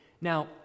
Now